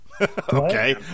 Okay